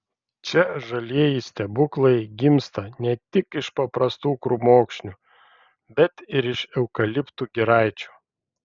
čia žalieji stebuklai gimsta ne tik iš paprastų krūmokšnių bet ir iš eukaliptų giraičių